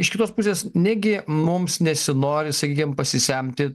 iš kitos pusės negi mums nesinori sakykim pasisemti